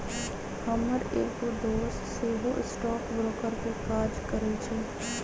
हमर एगो दोस सेहो स्टॉक ब्रोकर के काज करइ छइ